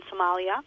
somalia